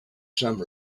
some